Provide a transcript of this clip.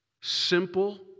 simple